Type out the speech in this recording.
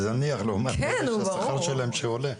זה זניח לעומת אלה שהשכר שלהם עולה.